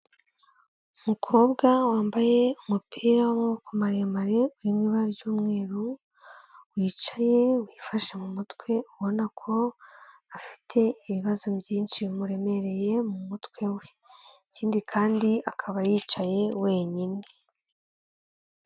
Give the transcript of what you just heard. Umukobwa wambaye umupira w'amaboko maremare uri mu ibara ry'umweru, wicaye wifashe mu mutwe ubona ko afite ibibazo byinshi bimuremereye mu mutwe we, ikindi kandi akaba yicaye wenyine.